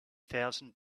thousand